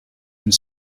und